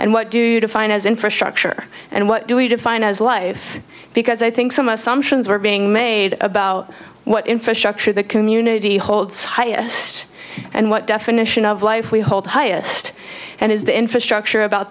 and what do you define as infrastructure and what do we define as life because i think some assumptions were being made about what infrastructure the community holds highest and what definition of life we hold highest and is the infrastructure about